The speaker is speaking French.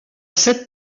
cette